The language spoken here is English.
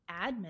admin